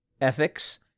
ethics